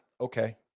okay